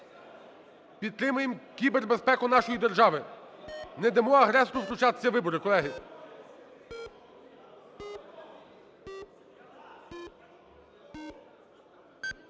Підтримуємо кібербезпеку нашої держави. Не дамо агресору втручатися у вибори, колеги.